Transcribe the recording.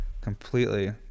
Completely